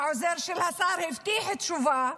העוזר של השר הבטיח תשובה,